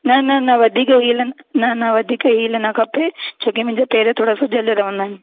न न वधीक न न वधीक हील न खपे छोकी मुंहिंजा पेर थोरा सुॼियल रहंदा आहिनि